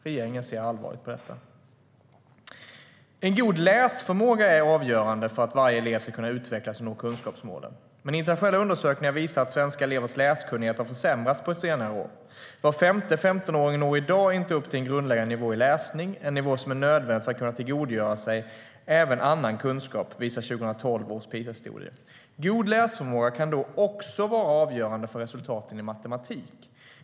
Regeringen ser allvarligt på detta. God läsförmåga kan också vara avgörande för resultaten i matematik.